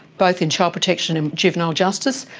both in child protection and juvenile justice,